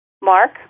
Mark